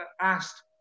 asked